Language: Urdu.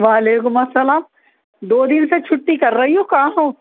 وعلیکم السلام دو دن سے چھٹی کر رہی ہو کہاں ہو